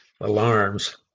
alarms